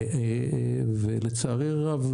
ולצערי הרב,